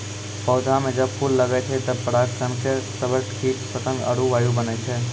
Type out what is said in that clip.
पौधा म जब फूल लगै छै तबे पराग कण के सभक कीट पतंग आरु वायु बनै छै